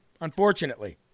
unfortunately